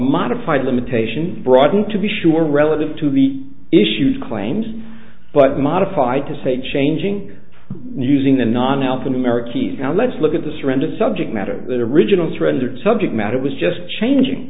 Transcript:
modified limitation broadened to be sure relative to the issues claimed but modified to say changing using the non alphanumeric keys now let's look at the surrender subject matter that original surrendered subject matter was just changing